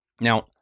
Now